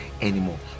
anymore